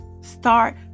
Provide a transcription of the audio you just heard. Start